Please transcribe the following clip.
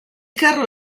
carro